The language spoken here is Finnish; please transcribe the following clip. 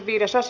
asia